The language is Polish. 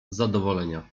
zadowolenia